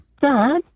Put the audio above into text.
Dad